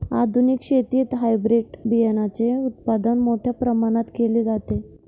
आधुनिक शेतीत हायब्रिड बियाणाचे उत्पादन मोठ्या प्रमाणात केले जाते